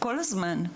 כל הזמן.